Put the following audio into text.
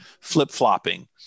flip-flopping